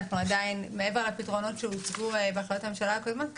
מעבר לפתרונות שהוצגו בהחלטות הממשלה הקודמות,